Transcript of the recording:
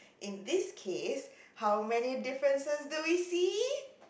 in this case how many differences do we see